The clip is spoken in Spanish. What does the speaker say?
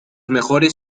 mejores